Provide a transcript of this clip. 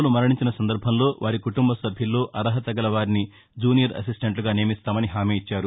లు మరణించిన సందర్భంలో వారి కుటుంబ సభ్యుల్లో అర్హతగల వారిని జూనియర్ అసిస్టెంట్లుగా నియమిస్తామని హామీ ఇచ్చారు